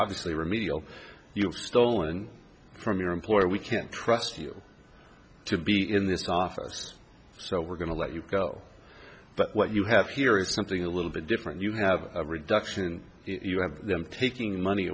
obviously remedial you have stolen from your employer we can't trust you to be in this office so we're going to let you go but what you have here is something a little bit different you have a reduction and you have them taking money